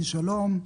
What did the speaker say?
שלום,